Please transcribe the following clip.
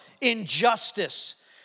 injustice